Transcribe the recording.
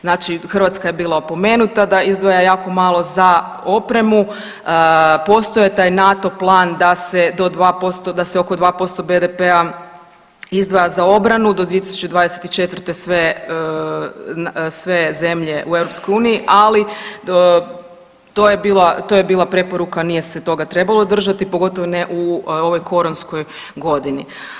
Znači Hrvatska je bila opomenuta da izdvaja jako malo za opremu, postojao je taj NATO plan da se do 2%, da se oko 2% BDP-a izdvaja za obranu do 2024. sve, sve zemlje u EU, ali to je bila, to je bila preporuka, nije se toga trebalo držati, pogotovo ne u ovoj koronskoj godini.